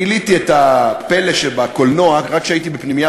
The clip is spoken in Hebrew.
גיליתי את הפלא שבקולנוע רק כשהייתי בפנימייה